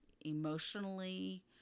emotionally